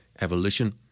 evolution